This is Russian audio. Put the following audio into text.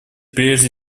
прежде